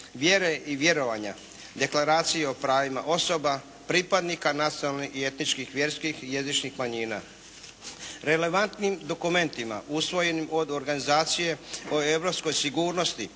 vjere i vjerovanja, Deklaracija o pravima osoba, pripadnika nacionalnih, etičkih, vjerskih i jezičnih manjina. Relevantnim dokumentima usvojenim od Organizacije o europskoj sigurnosti